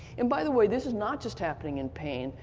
and by the way, this is not just happening in pain,